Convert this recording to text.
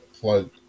plug